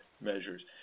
measures